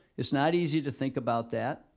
it's not easy to think about that.